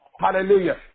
Hallelujah